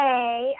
Hey